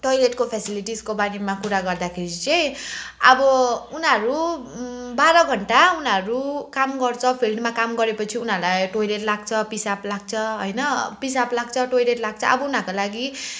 टोयलेटको फेसिलिलिसको बारेमा कुरा गर्दाखेरि चाहिँ अब उनीहरू बाह्र घन्टा उनीहरू काम गर्छ फिल्डमा काम गरेपछि उनीहरूलाई टोयलेट लाग्छ पिसाब लाग्छ होइन पिसाब लाग्छ टोयलेट लाग्छ अब उनीहरूको लागि